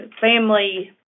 family